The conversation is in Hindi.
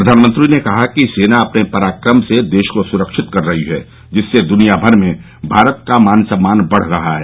प्रधानमंत्री ने कहा कि सेना अपने पराक्रम से देश को सुरक्षित कर रही है जिससे दुनिया भर में भारत का मान सम्मान बढ़ रहा है